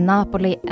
Napoli